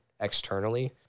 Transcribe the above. externally